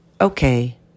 okay